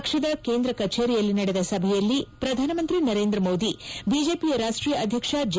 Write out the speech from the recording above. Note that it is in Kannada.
ಪಕ್ಷದ ಕೇಂದ್ರ ಕಚೇರಿಯಲ್ಲಿ ನಡೆದ ಸಭೆಯಲ್ಲಿ ಪ್ರಧಾನಮಂತ್ರಿ ನರೇಂದ್ರ ಮೋದಿ ಬಿಜೆಪಿ ರಾಷ್ಟೀಯ ಅಧ್ಯಕ್ಷ ಜೆ